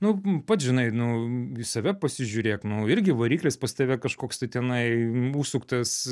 nu pats žinai nu į save pasižiūrėk nu irgi variklis pas tave kaškoks tai tenai užsuktas